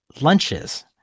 lunches